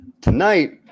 tonight